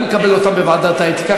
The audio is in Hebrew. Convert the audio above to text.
אני מקבל אותן בוועדת האתיקה.